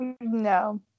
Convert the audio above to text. No